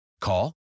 Call